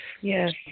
Yes